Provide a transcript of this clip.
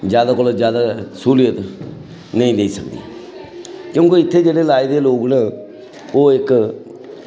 जैदा कोला जैदा स्हूलियत नेईं देई सकदियां उं'दे इत्थै जेह्ड़े लाए दे लोग न ओह् इक